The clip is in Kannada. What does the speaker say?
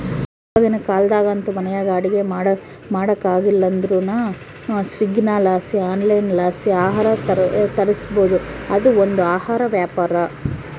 ಇವಾಗಿನ ಕಾಲದಾಗಂತೂ ಮನೆಯಾಗ ಅಡಿಗೆ ಮಾಡಕಾಗಲಿಲ್ಲುದ್ರ ಸ್ವೀಗ್ಗಿಲಾಸಿ ಆನ್ಲೈನ್ಲಾಸಿ ಆಹಾರ ತರಿಸ್ಬೋದು, ಅದು ಒಂದು ಆಹಾರ ವ್ಯಾಪಾರ